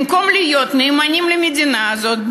במקום להיות נאמנים למדינה הזאת,